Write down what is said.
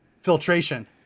Filtration